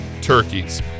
turkeys